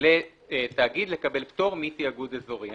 לתאגיד לקבל פטור מתיאגוד אזורי.